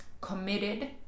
committed